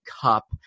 Cup